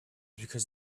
because